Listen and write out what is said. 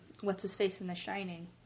What's-His-Face-In-The-Shining